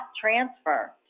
transfer